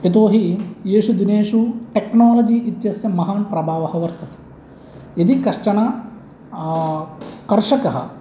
यतोहि येषु दिनेषु टेक्नालजी इत्यस्य महान् प्रभावः वर्तते यदि कश्चन कृषकः